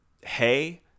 hey